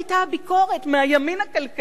שימו לב: הביקורת של קדימה,